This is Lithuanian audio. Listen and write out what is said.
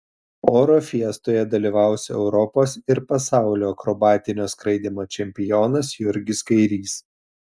oro fiestoje dalyvaus europos ir pasaulio akrobatinio skraidymo čempionas jurgis kairys